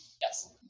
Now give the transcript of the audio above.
Yes